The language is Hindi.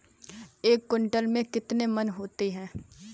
एक क्विंटल में कितने मन होते हैं?